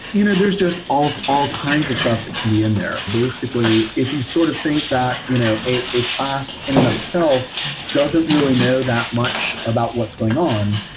you know there's just all all kinds of stuff that can be in there. basically, if you sort of think that you know a a class in and of itself doesn't really know that much about what's going on,